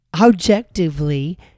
objectively